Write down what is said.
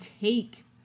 take